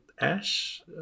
ash